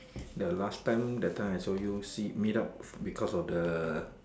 the last time that time I told you see meet up because of the